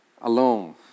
alone